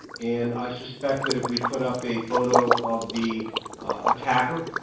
and i suspect that if we put up a photo of the attacker,